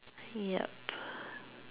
yup